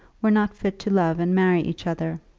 were not fit to love and marry each other.